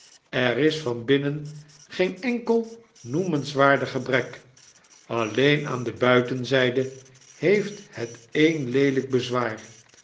er is van binnen geen enkel noemenswaardig gebrek alleen aan de buitenzyde heeft het een leelyk bezwaar